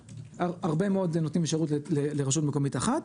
הרבה מאוד נותנים שירות לרשות מקומית אחת.